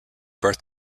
birth